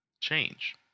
change